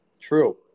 True